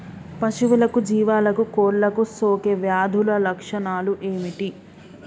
పశువులకు జీవాలకు కోళ్ళకు సోకే వ్యాధుల లక్షణాలు ఏమిటి?